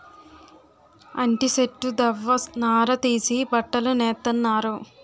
అంటి సెట్టు దవ్వ నార తీసి బట్టలు నేత్తన్నారు